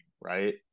right